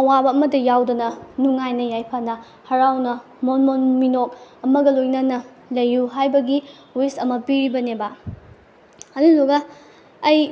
ꯑꯋꯥꯕ ꯑꯃꯠꯇ ꯌꯥꯎꯗꯅ ꯅꯨꯡꯉꯥꯏꯅ ꯌꯥꯏꯐꯅ ꯍꯔꯥꯎꯅ ꯃꯣꯃꯣꯟ ꯃꯤꯅꯣꯛ ꯑꯃꯒ ꯂꯣꯏꯅꯅ ꯂꯩꯌꯨ ꯍꯥꯏꯕꯒꯤ ꯋꯤꯁ ꯑꯃ ꯄꯤꯔꯤꯕꯅꯦꯕ ꯑꯗꯨꯗꯨꯒ ꯑꯩ